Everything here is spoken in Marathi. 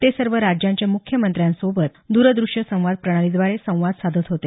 ते सर्व राज्यांच्या मुख्यमंत्र्यांसोबत द्रदृष्य संवाद प्रणाली द्वारे संवाद साधत होते